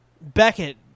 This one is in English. Beckett